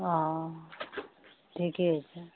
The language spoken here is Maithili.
ओ ठीके छै